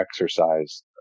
exercise